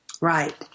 Right